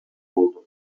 болду